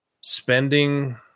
spending